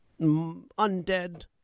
undead